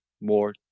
more